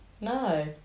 no